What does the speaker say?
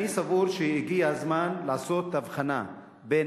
אני סבור שהגיע הזמן לעשות הבחנה בין